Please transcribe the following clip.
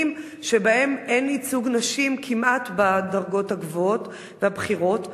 שבהם אין ייצוג נשים כמעט בדרגות הגבוהות והבכירות,